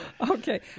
Okay